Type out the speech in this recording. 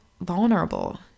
vulnerable